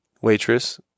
waitress